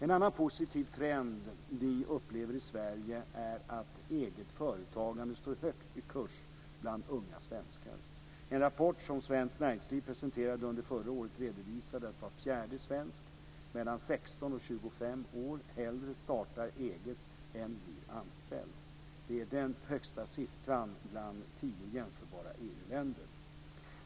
En annan positiv trend vi upplever i Sverige är att eget företagande står högt i kurs bland unga svenskar. 16 och 25 år hellre startar eget än blir anställd. Det är den högsta siffran bland tio jämförbara EU-länder.